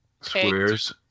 squares